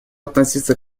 относиться